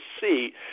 see